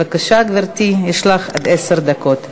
בבקשה, גברתי, יש לך עד עשר דקות.